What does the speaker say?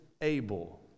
able